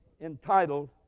entitled